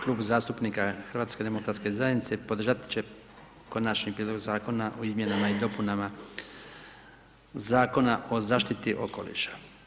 Klub zastupnik HDZ-a podržati će kod našeg prijedlog zakona o izmjenama i dopunama Zakona o zaštiti okoliša.